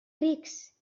rics